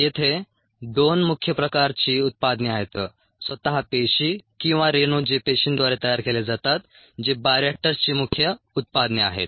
येथे 2 मुख्य प्रकारची उत्पादने आहेत स्वतः पेशी किंवा रेणू जे पेशींद्वारे तयार केले जातात जे बायोरिएक्टरर्सची मुख्य उत्पादने आहेत